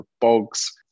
bogs